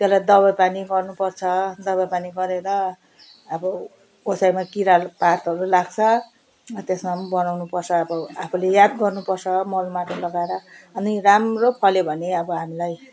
त्यसलाई दबाईपानी गर्नुपर्छ दबाईपानी गरेर अब कसैमा किराहरू पातहरू लाग्छ अब त्यसमा पनि बनाउनुपर्छ अब आफूले याद गर्नुपर्छ मल माटो लगाएर अनि राम्रो फल्यो भने अब हामीलाई